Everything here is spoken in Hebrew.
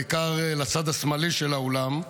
בעיקר לצד השמאלי של האולם,